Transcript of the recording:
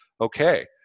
okay